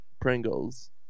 Pringles